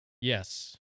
Yes